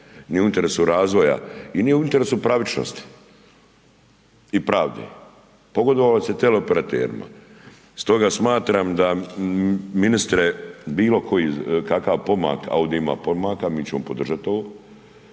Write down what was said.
nije u interesu razvoja i nije u interesu pravičnosti i pravde. Pogodovali ste teleoperaterima. Stoga smatram da, ministre, bilo koji, kakav pomak, a ovdje ima pomaka, mi ćemo podržati ovo,